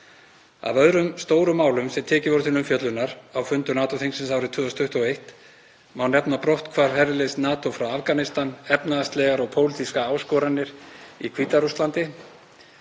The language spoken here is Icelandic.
Af öðrum stórum málum sem tekin voru til umfjöllunar á fundum NATO-þingsins árið 2021 má nefna brotthvarf herliðs NATO frá Afganistan, efnahagslegar og pólitískar áskoranir í Hvíta-Rússlandi